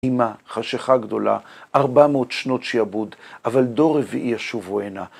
אמא, חשיכה גדולה, ארבע מאות שנות שעבוד, אבל דור רביעי ישובו הנה.